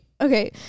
okay